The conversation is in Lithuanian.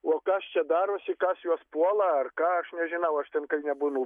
o kas čia darosi kas juos puola ar ką aš nežinau aš ten kai nebūnu